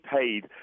paid